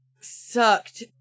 sucked